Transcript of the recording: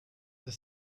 the